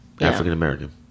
African-American